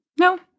No